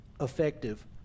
effective